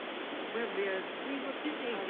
well dear we were busy.